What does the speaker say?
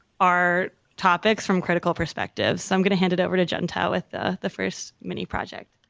our topics from critical perspectives. so i'm gonna hand it over to gentile with the the first mini project.